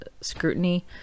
scrutiny